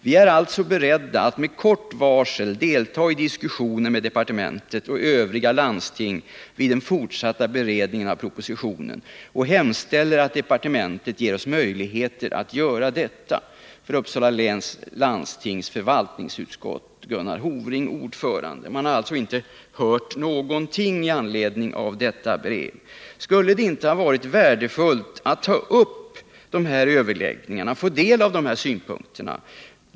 Vi är alltså beredda att med kort varsel delta i diskussioner med departementet och övriga landsting vid den fortsatta beredningen av propositionen och hemställer att departementet ger oss möjlighet att göra detta. Man har inte hört någonting i anledning av detta brev. Skulle det inte ha varit värdefullt om departementet hade tagit upp överläggningar med landstingen och fått del av deras synpunkter?